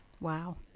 Wow